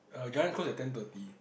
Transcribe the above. uh Giant close at ten thirty